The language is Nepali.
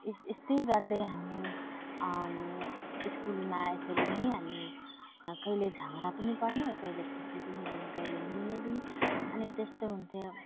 यस यस्तै गर्दै हामी स्कुलमा यसरी नै हामी कहिले झगडा पनि पर्ने कहिले खुसी पनि हुने कहिले मिल्ने पनि अनि त्यस्तो हुन्थ्यो